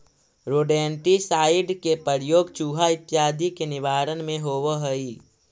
rodenticide के प्रयोग चुहा इत्यादि के निवारण में होवऽ हई